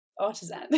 artisan